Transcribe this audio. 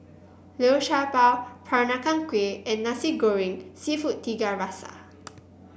Liu Sha Bao Peranakan Kueh and Nasi Goreng seafood Tiga Rasa